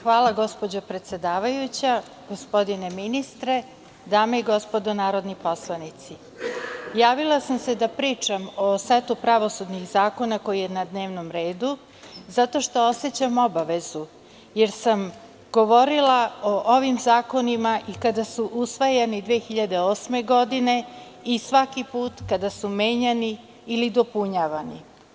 Hvala gospođo predsedavajuća, gospodine ministre, dame i gospodo narodni poslanici, javila sam se da pričam o setu pravosudnih zakona koji je na dnevnom redu zato što osećam obavezu, jer sam govorila o ovim zakonima i kada su usvajani 2008. godine i svaki put kada su menjani ili dopunjavani.